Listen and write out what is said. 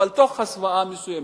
אבל תוך הסוואה מסוימת.